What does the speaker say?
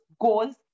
goals